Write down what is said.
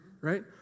Right